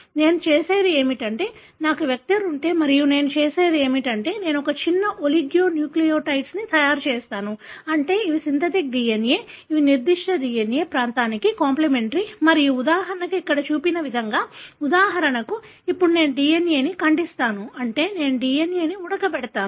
నేను చేసేది ఏమిటంటే నాకు వెక్టర్ ఉంటే మరియు నేను చేసేది ఏమిటంటే నేను ఒక చిన్న ఒలిగోన్యూక్లియోటైడ్ను తయారు చేస్తాను అంటే ఇవి సింథటిక్ DNA ఇవి నిర్దిష్ట DNA ప్రాంతానికి కాంప్లిమెంటరీ మరియు ఉదాహరణకు ఇక్కడ చూపిన విధంగా ఉదాహరణకు అప్పుడు నేను DNA ని ఖండిస్తాను అంటే నేను DNA ని ఉడకబెట్టాను